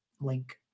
link